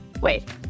Wait